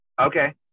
Okay